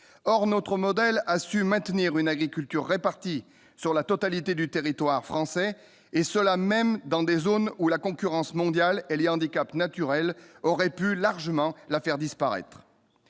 or notre modèle a su maintenir une agriculture répartis sur la totalité du territoire français et cela même dans des zones où la concurrence mondiale, elle y handicaps naturels aurait pu largement la faire disparaître,